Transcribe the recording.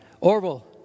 Orville